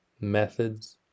methods